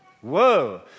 Whoa